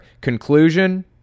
Conclusion